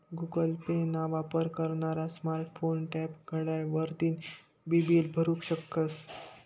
Google Pay ना वापर करनारा स्मार्ट फोन, टॅब, घड्याळ वरतीन बी बील भरु शकस